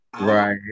right